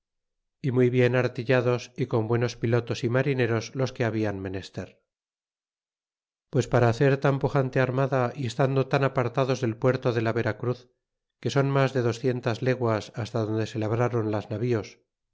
y muy bien artillados y con buenos pilotos y marineros los que hablan menester pues para hacer tan pujante armada y estando tan apartados del puerto de la veracruz que son mas de doscientas leguas hasta donde se labraron las navíos